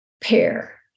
pair